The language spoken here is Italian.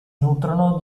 nutrono